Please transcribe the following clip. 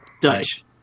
Dutch